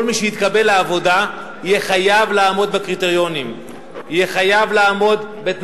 כל מי שיתקבל לעבודה יהיה חייב לעמוד בקריטריונים,